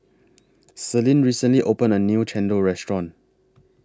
Celine recently opened A New Chendol Restaurant